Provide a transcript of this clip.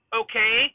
okay